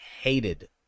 hated